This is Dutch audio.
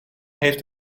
heeft